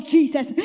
Jesus